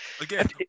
Again